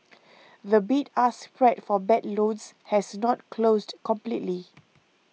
the bid ask spread for bad loans has not closed completely